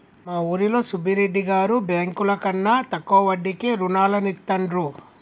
మా ఊరిలో సుబ్బిరెడ్డి గారు బ్యేంకుల కన్నా తక్కువ వడ్డీకే రుణాలనిత్తండ్రు